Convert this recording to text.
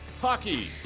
Hockey